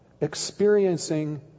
experiencing